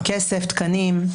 כסף, תקנים.